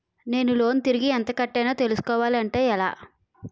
నేను లోన్ తిరిగి ఎంత కట్టానో తెలుసుకోవాలి అంటే ఎలా?